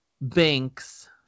Banks